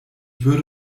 würde